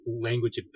language